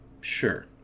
Sure